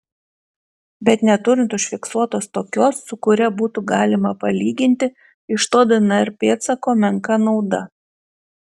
bet neturint užfiksuotos tokios su kuria būtų galima palyginti iš to dnr pėdsako menka nauda